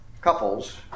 couples